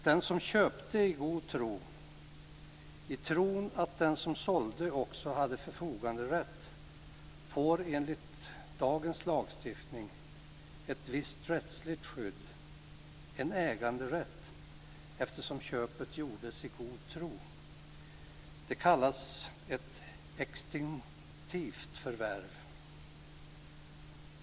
Den som köpte i god tro, i tron att den som sålde också hade förfoganderätt, får enligt dagens lagstiftning ett visst rättsligt skydd, en äganderätt eftersom köpet gjordes i god tro. Det kallas ett extinktivt förvärv.